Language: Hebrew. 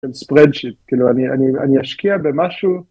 אני אשקיע במשהו